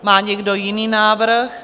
Má někdo jiný návrh?